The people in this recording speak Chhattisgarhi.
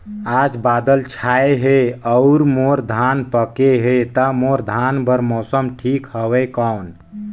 आज बादल छाय हे अउर मोर धान पके हे ता मोर धान बार मौसम ठीक हवय कौन?